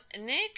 Nick